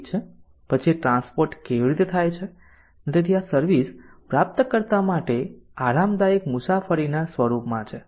પછી ટ્રાન્સપોર્ટ કેવી રીતે થાય છે અને તેથી આ સર્વિસ પ્રાપ્તકર્તા માટે આરામદાયક મુસાફરીના સ્વરૂપમાં છે